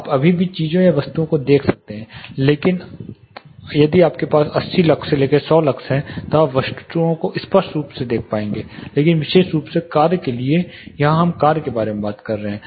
आप अभी भी चीजों या वस्तुओं को देख सकते हैं यदि आपके पास 80 लक्स से लेकर 100 लक्स हैं तो आप वस्तुओं को स्पष्ट रूप से देख पाएंगे लेकिन विशेष रूप से कार्य के लिए यहां हम कार्य के बारे में बात कर रहे हैं